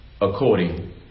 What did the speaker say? according